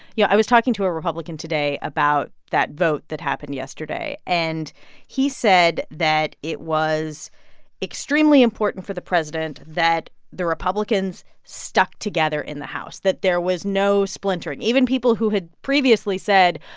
yeah, i was talking to a republican today about that vote that happened yesterday. and he said that it was extremely important for the president that the republicans stuck together in the house, that there was no splintering, even people who had previously said,